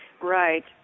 Right